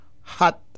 hot